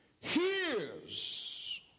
hears